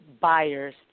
buyers